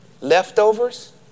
Leftovers